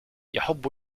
يحب